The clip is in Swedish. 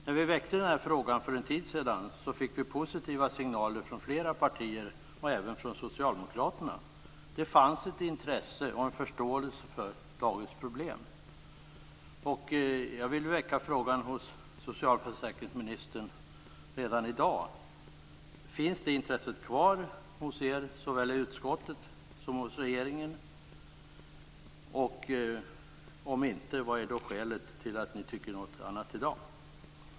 När vi väckte den frågan fick vi positiva signaler från flera partier, och även från Socialdemokraterna. Det fanns ett intresse och en förståelse för dagens problem. Jag vill väcka frågan hos socialförsäkringsministern redan i dag: Finns det intresset kvar hos er såväl i utskottet som hos regeringen? Om så inte är fallet: Vilket är skälet till att ni tycker något annat i dag?